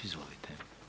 Izvolite.